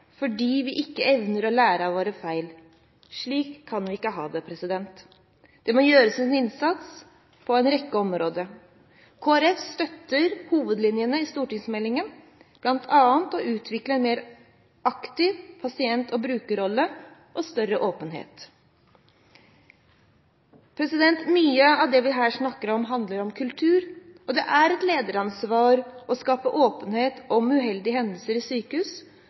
fordi vi ikke evner å lære av våre feil. Slik kan vi ikke ha det. Det må gjøres en innsats på en rekke områder. Kristelig Folkeparti støtter hovedlinjene i stortingsmeldingen, bl.a. å utvikle en mer aktiv pasient- og brukerrolle og større åpenhet. Mye av det vi her snakker om, handler om kultur. Det er et lederansvar å skape åpenhet om uheldige hendelser i sykehus.